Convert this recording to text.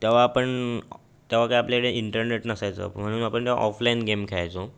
तेव्हा आपण तेव्हा काय आपल्याकडे इंटरनेट नसायचं म्हणून आपण तेव्हा ऑफलाईन गेम खेळायचो